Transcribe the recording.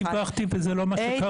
אני דיווחתי וזה לא מה שקרה.